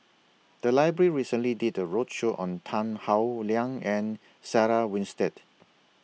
The Library recently did A roadshow on Tan Howe Liang and Sarah Winstedt